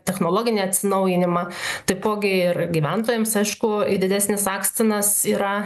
technologinį atsinaujinimą taipogi ir gyventojams aišku didesnis akstinas yra